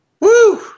Woo